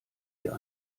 dir